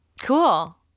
Cool